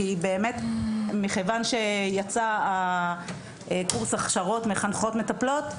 מכיוון שיצא קורס הכשרות מחנכות-מטפלות,